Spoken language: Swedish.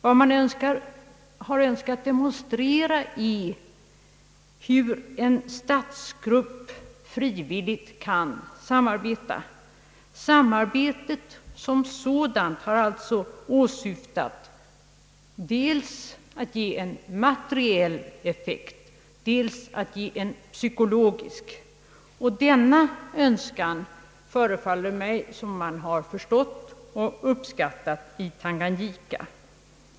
Vad man har önskat demonstrera är hur en grupp stater frivilligt kan samarbeta. Samarbetet som sådant har alltså till syfte dels att ge en materiell effekt, dels att ge en psykologisk effekt. Denna önskan förefaller det mig som om man har förstått och uppskattat i Tanganyika.